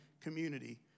community